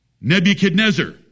Nebuchadnezzar